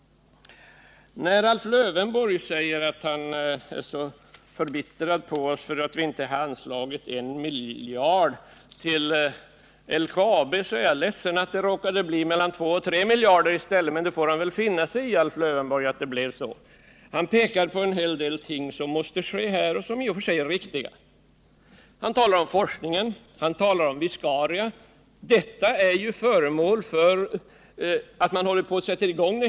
Alf Lövenborg är förbittrad på oss för att vi inte har anslagit 1 miljard till LKAB. Jag är ledsen att det råkade bli mellan 2 och 3 miljarder i stället, men det får han väl finna sig i. Alf Lövenborg pekade på en hel del ting som måste ske, och det är i och för sig riktigt. Han talade om forskningen, och han talade om viscaria. Det är ju något som man redan håller på och sätter i gång.